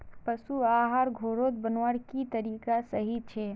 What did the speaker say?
पशु आहार घोरोत बनवार की तरीका सही छे?